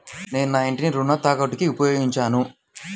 నేను నా ఇంటిని రుణ తాకట్టుకి ఉపయోగించాను